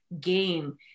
game